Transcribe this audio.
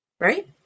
Right